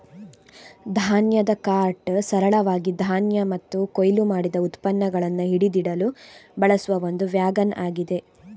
ಧಾನ್ಯದ ಕಾರ್ಟ್ ಸರಳವಾಗಿ ಧಾನ್ಯ ಮತ್ತು ಕೊಯ್ಲು ಮಾಡಿದ ಉತ್ಪನ್ನಗಳನ್ನ ಹಿಡಿದಿಡಲು ಬಳಸುವ ಒಂದು ವ್ಯಾಗನ್ ಆಗಿದೆ